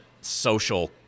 social